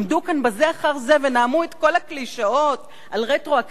עמדו כאן בזה אחר זה ונאמו את כל הקלישאות על רטרואקטיביות.